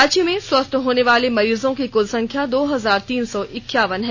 राज्य में स्वस्थ होने वाले मरीजों की कुल संख्या दो हजार तीन सौ इक्यावन है